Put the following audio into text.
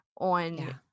on